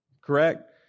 Correct